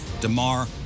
DeMar